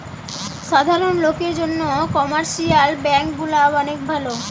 সাধারণ লোকের জন্যে কমার্শিয়াল ব্যাঙ্ক গুলা অনেক ভালো